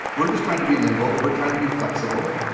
we're just trying to be nimble. we're trying to be flexible.